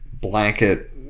blanket